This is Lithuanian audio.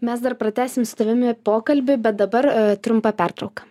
mes dar pratęsim su tavimi pokalbį bet dabar trumpa pertrauka